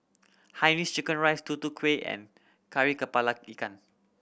Hainanese chicken rice Tutu Kueh and Kari Kepala Ikan